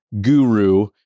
guru